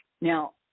Now